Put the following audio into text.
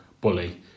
bully